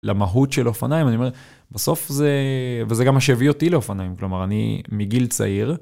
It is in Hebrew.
למהות של אופניים, אני אומר, בסוף זה, וזה גם מה שהביא אותי לאופניים, כלומר, אני מגיל צעיר.